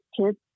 kids